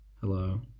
Hello